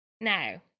now